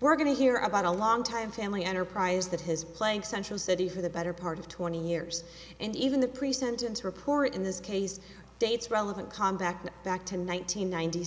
we're going to hear about a long time family enterprise that has playing central city for the better part of twenty years and even the police sentence report in this case dates relevant contact back to nine hundred ninety